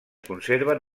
conserven